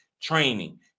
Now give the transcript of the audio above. training